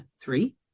Three